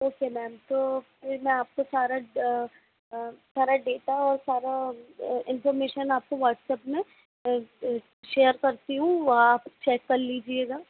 okay ma'am तो फिर मैं आपको सारा सारा डेटा और सारा इंफ़ॉर्मेशन आपको वाट्सअप में शेयर करती हूँ आप चेक कर लीजिएगा